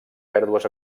pèrdues